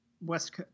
west